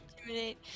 Intimidate